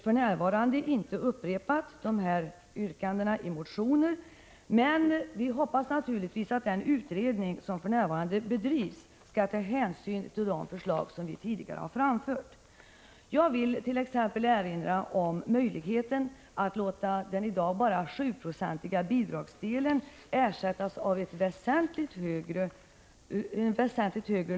För närvarande har vi inte upprepat dessa yrkanden i motioner, men vi hoppas naturligtvis att den utredning som nu bedrivs skall ta hänsyn till de förslag som vi tidigare har framfört. Jag vill bl.a. erinra om möjligheten att låta bidragsdelen, som i dag bara är 7-procentig, ersättas av en väsentligt större lånedel, liksom möjligheten att Prot.